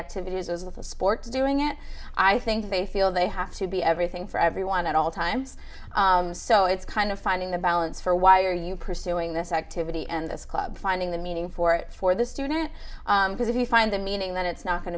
activities of the sports doing it i think they feel they have to be everything for everyone at all times so it's kind of finding the balance for why are you pursuing this activity and this club finding the meaning for it for the student because if you find the meaning that it's not going